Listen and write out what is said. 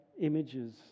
images